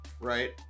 right